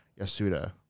Yasuda